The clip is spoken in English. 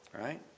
right